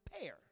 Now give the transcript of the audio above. pair